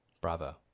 Bravo